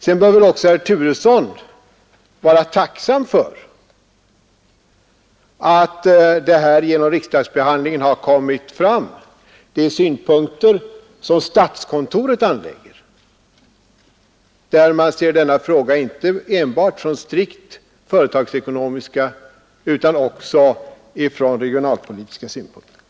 Sedan bör väl också herr Turesson vara tacksam för att genom riksdagsbehandlingen de synpunkter kommit fram som statskontoret anlägger och som visar att man där ser denna fråga inte enbart från strikt företagsekonomiska utan också från regionalpolitiska synpunkter.